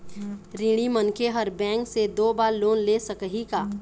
ऋणी मनखे हर बैंक से दो बार लोन ले सकही का?